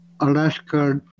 Alaska